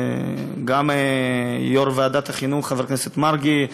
גם יושב-ראש ועדת החינוך חבר הכנסת מרגי,